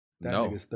No